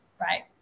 Right